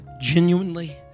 genuinely